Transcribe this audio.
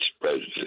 president